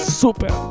super